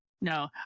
no